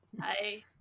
Hi